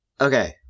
Okay